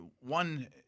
one